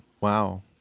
Wow